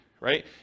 right